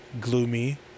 gloomy